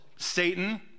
Satan